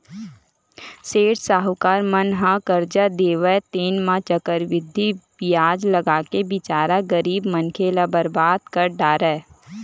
सेठ साहूकार मन ह करजा देवय तेन म चक्रबृद्धि बियाज लगाके बिचारा गरीब मनखे ल बरबाद कर डारय